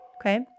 Okay